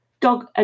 dog